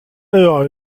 alors